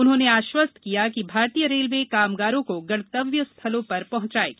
उन्होंने आश्वस्त किया कि भारतीय रेलवे कामगारों को गंतव्य स्थलों तक पहंचाएगी